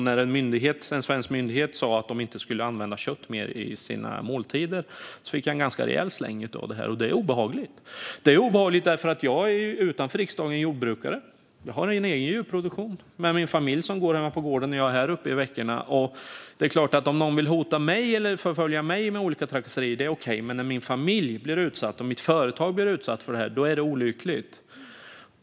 När en svensk myndighet sa att de inte längre skulle använda kött i sina måltider fick jag en ganska rejäl släng av det här, och det är obehagligt. Det är obehagligt eftersom jag utanför riksdagen är jordbrukare. Jag har en egen djurproduktion, och min familj är hemma på gården när jag är här uppe i veckorna. Det är okej om någon vill hota, förfölja eller trakassera mig, men när min familj blir utsatt och mitt företag blir utsatt är det olyckligt.